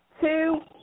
Two